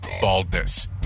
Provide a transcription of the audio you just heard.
baldness